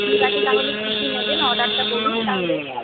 ঠিক আছে তাহলে কী কী নেবেন অর্ডারটা করুন তাহলে